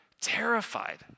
terrified